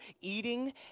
eating